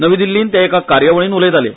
नवी दिल्लीन ते एका कार्यावळीन उलयताले